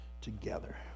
together